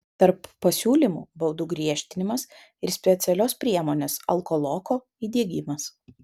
tarp pasiūlymų baudų griežtinimas ir specialios priemonės alkoloko įdiegimas